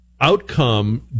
Outcome